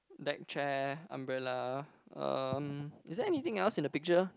deck chair umbrella um is there anything else in the picture